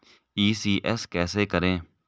ECS कैसे करें?